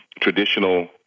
traditional